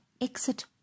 Exit